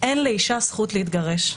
אין לאישה זכות להתגרש.